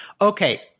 Okay